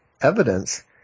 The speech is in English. evidence